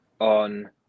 on